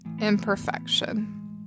imperfection